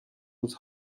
was